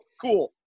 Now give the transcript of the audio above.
cool